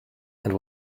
and